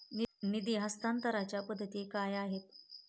निधी हस्तांतरणाच्या पद्धती काय आहेत?